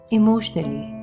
emotionally